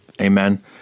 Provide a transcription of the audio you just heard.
amen